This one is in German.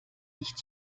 nicht